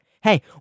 hey